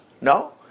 No